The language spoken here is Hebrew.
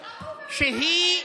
שהיא,